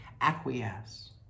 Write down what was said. Acquiesce